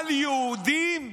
אבל יהודים?